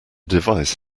device